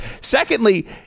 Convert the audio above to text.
Secondly